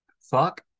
Fuck